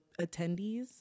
attendees